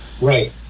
Right